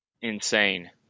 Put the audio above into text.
Insane